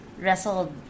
wrestled